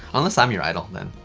unless i'm your idol then.